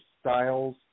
styles